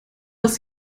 dass